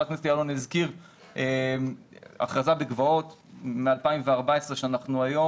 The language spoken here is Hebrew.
הכנסת יעלון הכיר הכרזה בגבעת מ-2014 כאשר אנחנו היום